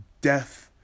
Death